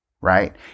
Right